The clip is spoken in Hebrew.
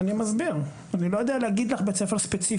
אני לא יודע להגיד לך בית ספר ספציפי,